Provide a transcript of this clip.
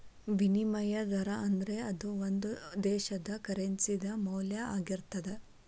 ವಿನಿಮಯ ದರಾ ಅಂದ್ರ ಅದು ಒಂದು ದೇಶದ್ದ ಕರೆನ್ಸಿ ದ ಮೌಲ್ಯ ಆಗಿರ್ತದ